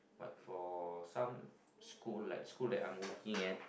like for some school like school that I'm working at